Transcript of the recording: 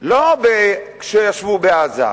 לא כשישבו בעזה,